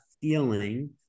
feeling